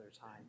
time